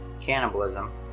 cannibalism